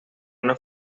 una